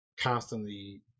constantly